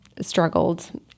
struggled